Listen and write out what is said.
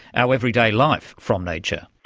our everyday life, from nature.